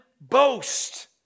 boast